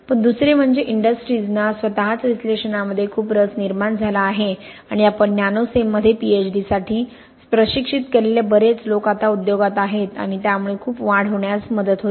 पण दुसरे म्हणजे इंडस्ट्रीजना स्वतःच विश्लेषणामध्ये खूप रस निर्माण झाला आहे आणि आपण नॅनोसेममध्ये Ph Ds साठी प्रशिक्षित केलेले बरेच लोक आता उद्योगात आहेत आणि त्यामुळे खूप वाढ होण्यास मदत होते